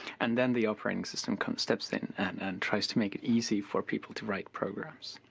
and then the operating system comes, steps in and and tries to make it easy for people to write programs